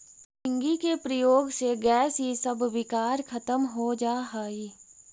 झींगी के प्रयोग से गैस इसब विकार खत्म हो जा हई